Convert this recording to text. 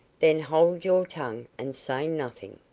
then hold your tongue, and say nothing.